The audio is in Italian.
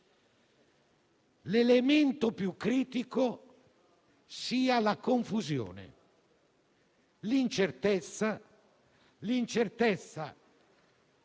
elementi più critici siano la confusione e l'incertezza